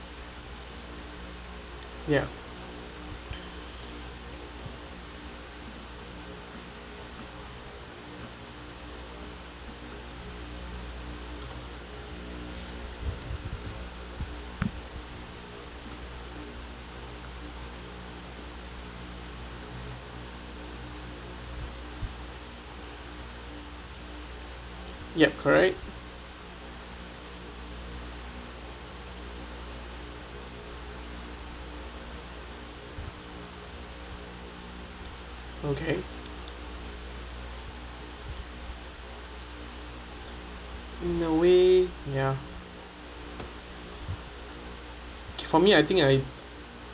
ya yup correct okay in a way ya okay for me I think I